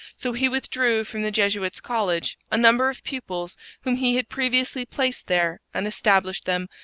so he withdrew from the jesuits' college a number of pupils whom he had previously placed there and established them,